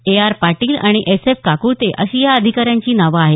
ए R Patil आणि S F Kakulte अशी या अधिकाऱ्यांची नावं आहेत